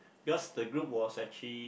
because the group was actually